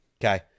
Okay